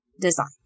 design